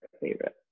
favorite